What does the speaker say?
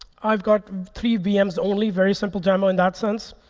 i've got three vms only, very simple demo in that sense.